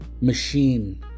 machine